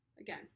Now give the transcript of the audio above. again